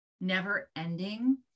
never-ending